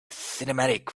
cinematic